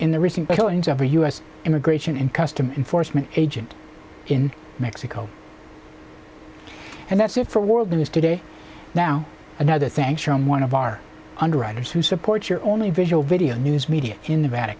in the recent killings of a u s immigration and customs enforcement agent in mexico and that's it for world news today now another thanks from one of our underwriters who support your only visual video news media in